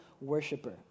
worshiper